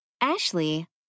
Ashley